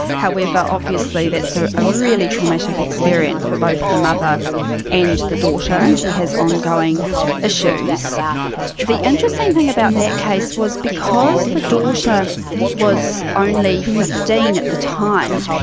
however, obviously that's a ah really traumatic experience for both the mother and the daughter and she has ongoing ah issues. the interesting thing about that case was because the daughter was only fifteen at the time,